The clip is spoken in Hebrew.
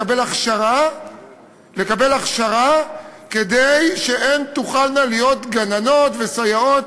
לקבל הכשרה כדי שהן תוכלנה להיות גננות וסייעות